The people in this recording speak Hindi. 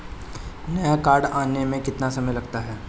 नया कार्ड आने में कितना समय लगता है?